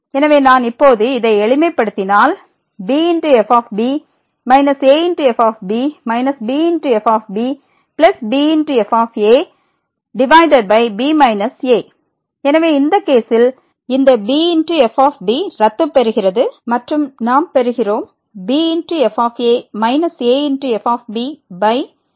எனவே நான் இப்போது இதை எளிமைப்படுத்தினால் b f b a f b b f bb f a b a எனவே இந்த கேசில் இந்த b f ரத்து பெறுகிறது மற்றும் நாம் பெறுகிறோம் b f a a f b b a